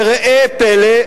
וראה פלא,